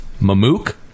Mamook